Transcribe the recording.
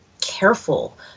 careful